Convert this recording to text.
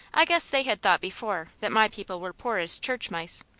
i guess they had thought before, that my people were poor as church mice.